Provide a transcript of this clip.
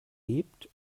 hebt